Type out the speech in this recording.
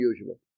unusual